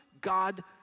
God